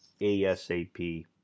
asap